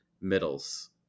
middles